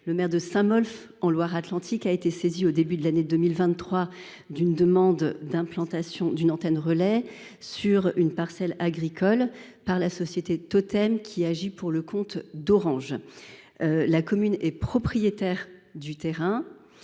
Le maire de Saint Molf, en Loire Atlantique, a été saisi début 2023 d’une demande d’installation d’une antenne relais sur une parcelle agricole par la société Totem, filiale d’Orange. La commune est propriétaire du terrain,